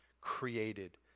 created